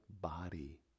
body